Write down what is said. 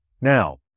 now